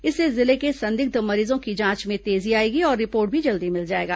इससे जिले के संदिग्ध मरीजों की जांच में तेजी आएगी और रिपोर्ट भी जल्दी मिल जाएगी